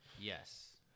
Yes